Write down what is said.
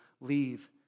leave